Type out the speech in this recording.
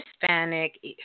Hispanic